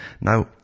Now